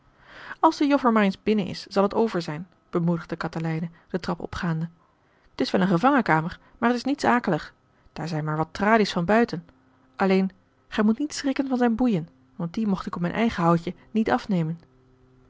als de joffer maar ééns binnen is zal het over zijn bemoedigde katelijne de trap opgaande t is wel eene gevangenkamer maar t is niets akelig daar zijn maar wat tralies van buiten alleen gij moet niet schrikken van zijne boeien want die mocht ik op mijn eigen houtje niet afnemen